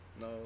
no